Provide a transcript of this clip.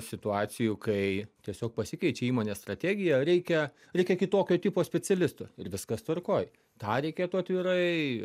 situacijų kai tiesiog pasikeičia įmonės strategija reikia reikia kitokio tipo specialistų ir viskas tvarkoj tą reikėtų atvirai